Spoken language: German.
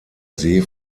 see